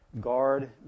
guard